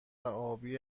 آبی